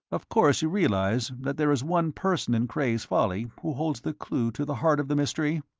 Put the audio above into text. of course you realize that there is one person in cray's folly who holds the clue to the heart of the mystery?